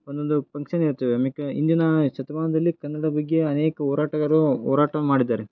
ಒಂದೊಂದು ಪಂಕ್ಷನ್ ಇರ್ತವೆ ಮಿಕ್ಕ ಹಿಂದಿನ ಶತಮಾನದಲ್ಲಿ ಕನ್ನಡ ಬಗ್ಗೆ ಅನೇಕ ಹೋರಾಟಗಾರು ಹೋರಾಟವನ್ ಮಾಡಿದ್ದಾರೆ